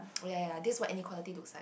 oh ya ya this is what inequality looks like